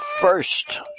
first